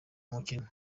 mukino